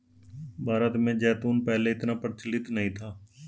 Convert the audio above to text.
भारत में जैतून पहले इतना प्रचलित नहीं था